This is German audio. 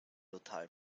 total